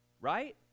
right